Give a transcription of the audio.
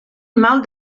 mal